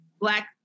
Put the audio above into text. Black